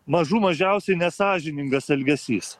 mažų mažiausiai nesąžiningas elgesys